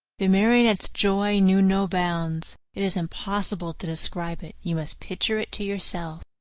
the marionette's joy knew no bounds. it is impossible to describe it, you must picture it to yourself.